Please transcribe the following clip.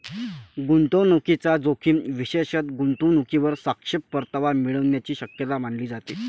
गुंतवणूकीचा जोखीम विशेष गुंतवणूकीवर सापेक्ष परतावा मिळण्याची शक्यता मानली जाते